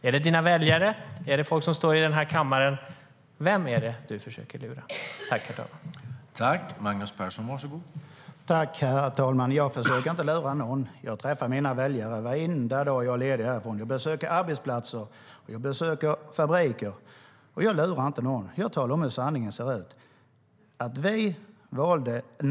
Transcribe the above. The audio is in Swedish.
Är det dina väljare, är det folk som står i den här kammaren - vem är det du försöker lura?